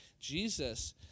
Jesus